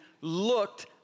looked